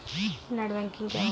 Net banking क्या होता है?